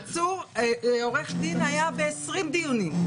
עורך דין היה ב-20 דיונים.